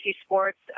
Sports